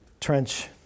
trench